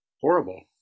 horrible